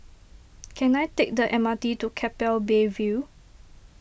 can I take the M R T to Keppel Bay View